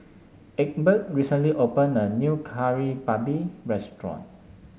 Egbert recently open a new Kari Babi restaurant